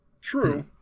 true